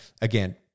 Again